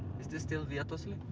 is this still via toselli?